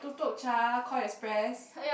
Tuk-Tuk-Cha Call Express